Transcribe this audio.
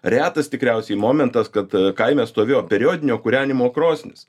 retas tikriausiai momentas kad kaime stovėjo periodinio kūrenimo krosnis